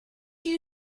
you